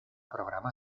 programa